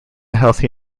healthy